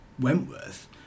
Wentworth